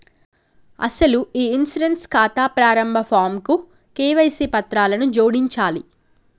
అసలు ఈ ఇన్సూరెన్స్ ఖాతా ప్రారంభ ఫాంకు కేవైసీ పత్రాలను జోడించాలి